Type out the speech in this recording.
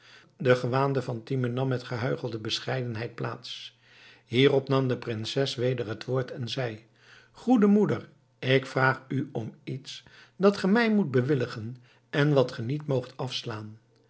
de gewaande fatime nam met gehuichelde bescheidenheid plaats hierop nam de prinses weder het woord en zei goede moeder ik vraag u om iets dat ge mij moet bewilligen en wat ge niet moogt afslaan